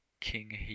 King